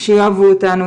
שיאהבו אותנו,